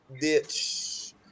ditch